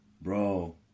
Bro